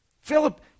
Philip